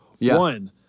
One